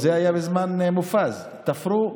זה היה בזמן מופז, תפרו.